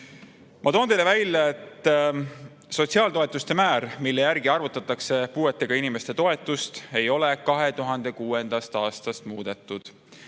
toon teile välja, et sotsiaaltoetuste määra, mille järgi arvutatakse puuetega inimeste toetust, ei ole 2006. aastast muudetud.